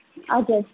આજે જ